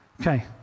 Okay